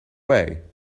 way